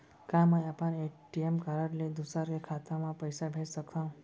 का मैं अपन ए.टी.एम कारड ले दूसर के खाता म पइसा भेज सकथव?